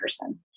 person